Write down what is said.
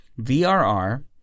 VRR